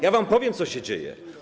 Ja wam powiem, co się dzieje.